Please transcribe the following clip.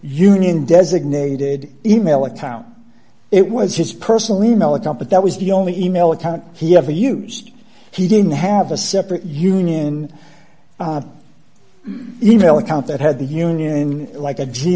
union designated e mail account it was his personal e mail account but that was the only email account he ever used he didn't have a separate union e mail account that had the union like a g